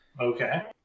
Okay